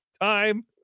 time